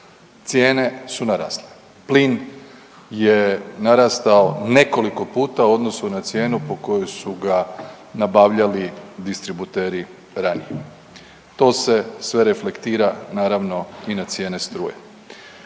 Cijene su narasle, plin je narastao nekoliko puta u odnosu na cijenu po kojoj su ga nabavljali distributeri ranije. To se sve reflektira naravno i na cijene struje.